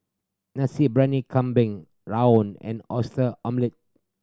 Nasi Briyani Kambing rawon and Oyster Omelette